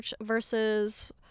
versus